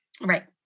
Right